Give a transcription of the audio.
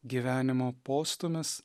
gyvenimo postūmis